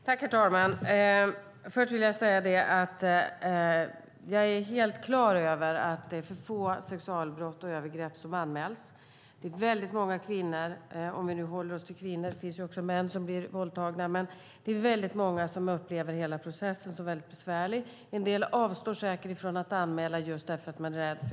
Herr talman! Först vill jag säga att jag är helt klar över att för få sexualbrott och övergrepp anmäls. Det är väldigt många kvinnor - om vi håller oss till kvinnor, för även män blir våldtagna - som upplever hela processen som mycket besvärlig. En del avstår säkert från att anmäla därför att man är rädd.